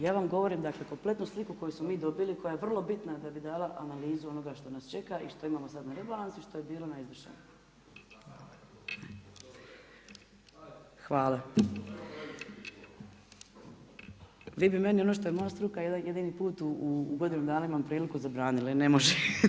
Ja vam govorim dakle, kompletnu sliku koju smo mi dobili, koja je vrlo bitna da bi dala analizu onoga što nas čeka i što imamo sad na rebalansu što je bilo na izvršenju. … [[Upadica se ne čuje.]] vi bi meni ono što je moja struka jedini put u godinu dana imam priliku zabraniti, e ne može.